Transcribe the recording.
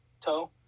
toe